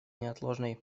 неотложной